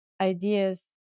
ideas